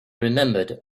remembered